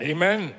Amen